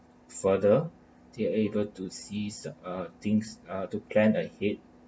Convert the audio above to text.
further they're able to see uh things uh to plan ahead